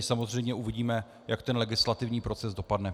Samozřejmě uvidíme, jak ten legislativní proces dopadne.